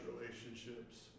relationships